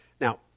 Now